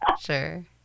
sure